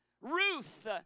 Ruth